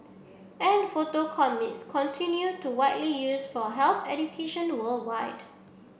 and photo comics continue to widely used for health education worldwide